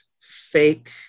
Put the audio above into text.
fake